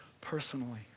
personally